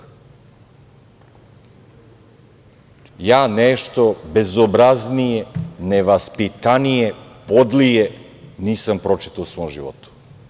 Ja nešto bezobraznije, nevaspitanije, podlije nisam pročitao u svom životu.